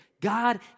God